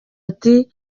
ati